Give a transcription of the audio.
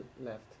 left